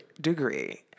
Degree